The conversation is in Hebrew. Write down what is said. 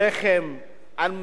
על מוצרים בסיסיים,